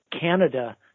Canada